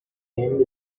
named